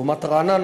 לעומת רעננה,